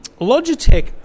Logitech